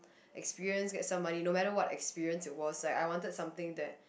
experience get some money no matter what experience it was like I wanted something that